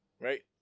Right